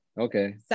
Okay